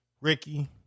Ricky